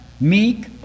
meek